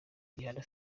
rihanna